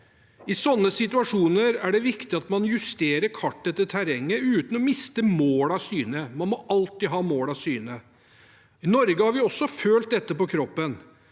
I sånne situasjoner er det viktig at man justerer kartet til terrenget uten å miste målet av syne. Man må alltid ha målet i syne. I Norge har vi også følt dette på kroppen.